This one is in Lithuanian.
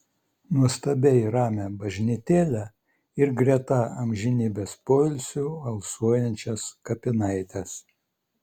nuostabiai ramią bažnytėlę ir greta amžinybės poilsiu alsuojančias kapinaites